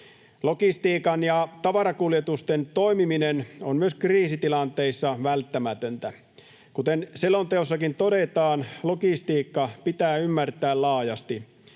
Logistiikan ja tavarakuljetusten toimiminen on myös kriisitilanteissa välttämätöntä. Kuten selonteossakin todetaan, logistiikka pitää ymmärtää laajasti: